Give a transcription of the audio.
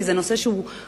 כי זה נושא חשוב,